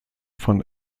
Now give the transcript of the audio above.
von